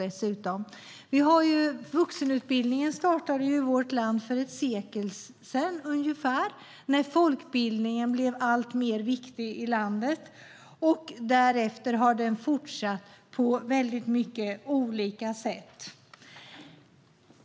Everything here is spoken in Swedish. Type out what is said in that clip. Vuxenutbildningen i vårt land startade ju för ungefär ett sekel sedan när folkbildningen blev alltmer viktig i landet. Därefter har den fortsatt på väldigt många olika sätt.